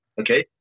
okay